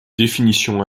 définition